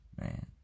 Man